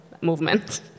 movement